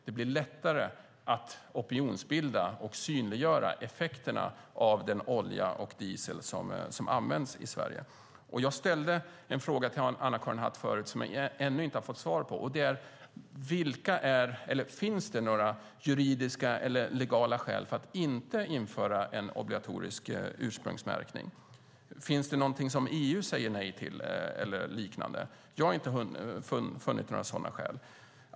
Det blir lättare att opinionsbilda och synliggöra effekterna av den olja och diesel som används i Sverige. Jag ställde en fråga till Anna-Karin Hatt förut som jag ännu inte har fått svar på. Finns det några legala skäl för att inte införa en obligatorisk ursprungsmärkning? Finns det någonting som EU säger nej till eller liknande? Jag har inte funnit några sådana skäl.